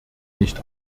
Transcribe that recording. nicht